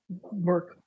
work